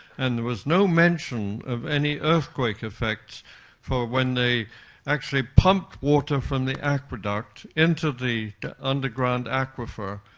and there was no mention of any earthquake effects for when they actually pumped water from the aqueduct into the underground aquifer.